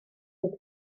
hyd